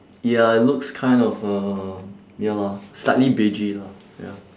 ya it looks kind of um ya lor slightly beigey lah ya